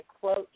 quote